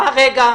מה רגע?